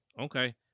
Okay